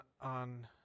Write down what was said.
on